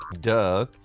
Duh